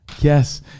yes